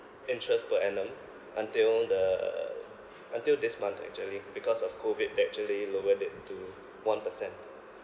interest per annum until the until this month actually because of COVID they actually lowered it to one percent